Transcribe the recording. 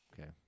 Okay